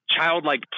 childlike